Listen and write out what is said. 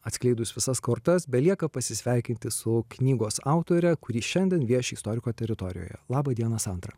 atskleidus visas kortas belieka pasisveikinti su knygos autore kuri šiandien vieši istoriko teritorijoje laba diena sandra